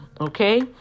okay